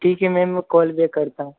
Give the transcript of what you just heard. ठीक है मैम मैं कॉल बैक करता हूँ